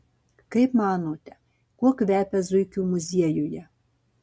kaip manote kuo kvepia zuikių muziejuje